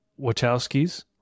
Wachowskis